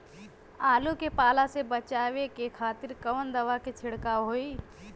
आलू के पाला से बचावे के खातिर कवन दवा के छिड़काव होई?